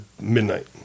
midnight